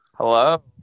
Hello